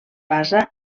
basa